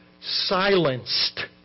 silenced